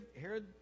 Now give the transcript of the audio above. Herod